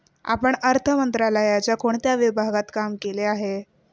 आपण अर्थ मंत्रालयाच्या कोणत्या विभागात काम केले आहे?